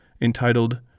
entitled